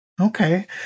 Okay